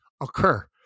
occur